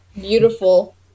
Beautiful